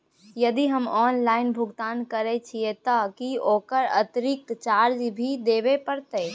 यदि हम ऑनलाइन भुगतान करे छिये त की ओकर अतिरिक्त चार्ज भी देबे परतै?